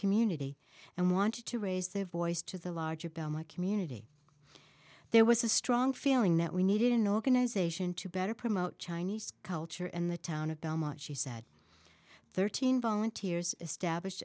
community and wanted to raise their voice to the larger bell my community there was a strong feeling that we needed an organization to better promote chinese culture in the town of belmont she said thirteen volunteers established